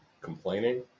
complaining